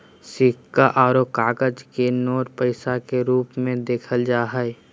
सिक्का आरो कागज के नोट पैसा के रूप मे देखल जा हय